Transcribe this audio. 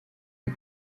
die